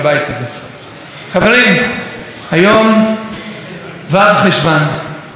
יום השנה הרביעי להצלה שלי מניסיון ההתנתקות,